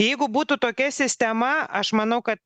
jeigu būtų tokia sistema aš manau kad